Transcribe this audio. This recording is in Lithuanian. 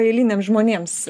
eiliniam žmonėms